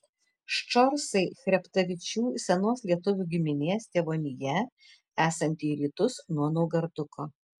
ščorsai chreptavičių senos lietuvių giminės tėvonija esanti į rytus nuo naugarduko